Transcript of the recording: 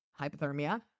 hypothermia